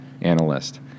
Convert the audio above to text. analyst